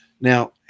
Now